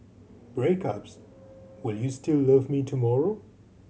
breakups will you still love me tomorrow